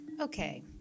Okay